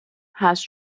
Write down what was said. has